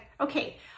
okay